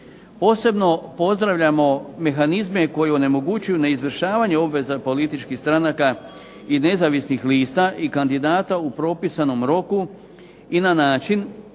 Posebno pozdravljamo mehanizme koji onemogućuju ne izvršavanje obveza političkih stranaka i nezavisnih lista i kandidata u propisanom roku i na način